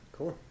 Cool